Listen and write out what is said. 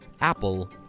Apple